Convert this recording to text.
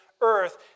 earth